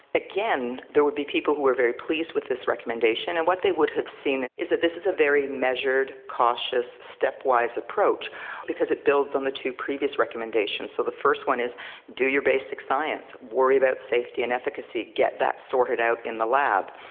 again there would be people who were very pleased with this recommendation, and what they would have seen is that this is a very measured, cautious, stepwise approach because it builds on the two previous recommendations. so the first one is do your basic science, worry about safety and efficacy, get that sorted out in the lab.